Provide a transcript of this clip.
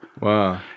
Wow